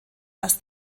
das